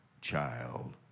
child